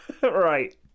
right